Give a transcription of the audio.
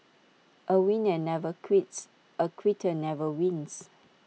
A winner never quits A quitter never wins